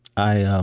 i um